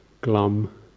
glum